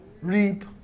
reap